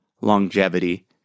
longevity